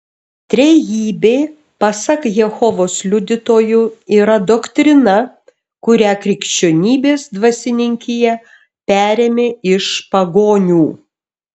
trejybė pasak jehovos liudytojų yra doktrina kurią krikščionybės dvasininkija perėmė iš pagonių